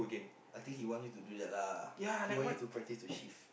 I think he want you to do that lah he want you to practice to shift